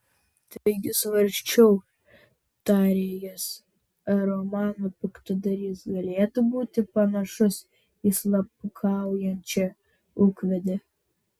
taigi svarsčiau tarė jis ar romano piktadarys galėtų būti panašus į slapukaujančią ūkvedę